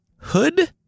Hood